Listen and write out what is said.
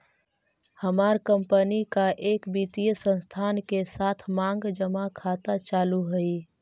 हमार कंपनी का एक वित्तीय संस्थान के साथ मांग जमा खाता चालू हई